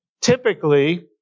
Typically